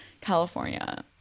California